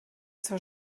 zur